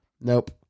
nope